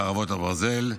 חרבות ברזל),